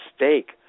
mistake